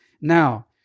Now